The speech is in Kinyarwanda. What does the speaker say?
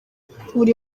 buri